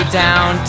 down